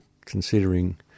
considering